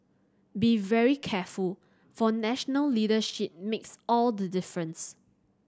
be very careful for national leadership makes all the difference